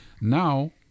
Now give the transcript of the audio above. Now